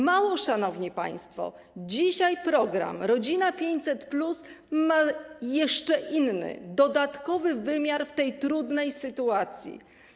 Mało, szanowni państwo, dzisiaj program „Rodzina 500+” ma jeszcze inny, dodatkowy wymiar w tej trudnej sytuacji.